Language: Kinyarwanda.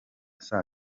saa